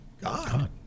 God